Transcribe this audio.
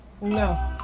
No